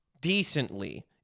decently